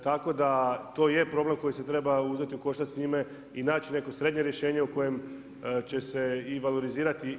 Tako da to je problem koji se treba uzeti u koštac s njime i naći neko srednje rješenje u kojem će se i valorizirati.